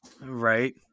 right